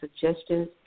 suggestions